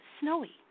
Snowy